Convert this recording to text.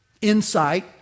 insight